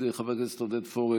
חבר הכנסת עודד פורר,